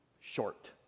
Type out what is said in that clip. short